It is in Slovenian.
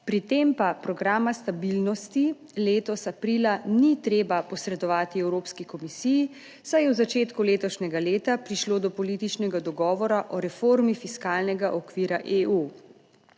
pri tem pa programa stabilnosti letos aprila ni treba posredovati Evropski komisiji, saj je v začetku letošnjega leta prišlo do političnega dogovora o reformi fiskalnega okvira EU.